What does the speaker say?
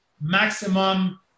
maximum